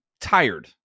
tired